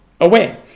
away